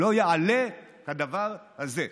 לא יהיה כדבר הזה.